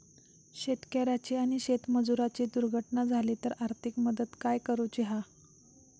शेतकऱ्याची आणि शेतमजुराची दुर्घटना झाली तर आर्थिक मदत काय करूची हा?